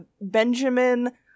Benjamin